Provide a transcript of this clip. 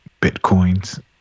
bitcoins